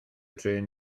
trên